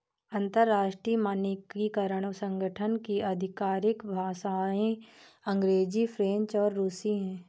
अंतर्राष्ट्रीय मानकीकरण संगठन की आधिकारिक भाषाएं अंग्रेजी फ्रेंच और रुसी हैं